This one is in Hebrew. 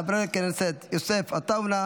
חבר הכנסת חמד עמאר,